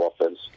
offense